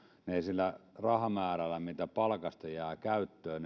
sillä rahamäärällä mitä palkasta jää käyttöön